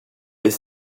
est